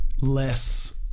less